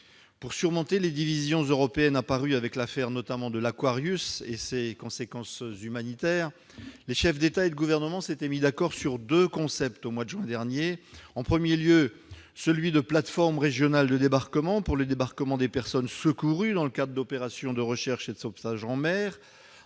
Pour surmonter les divisions européennes apparues notamment avec l'affaire de l'et ses conséquences humanitaires, les chefs d'État et de gouvernement s'étaient mis d'accord sur deux concepts au mois de juin dernier : celui, d'une part, de plateformes régionales de débarquement, pour le débarquement des personnes secourues dans le cadre d'opérations de recherche et de sauvetage en mer,